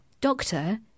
Doctor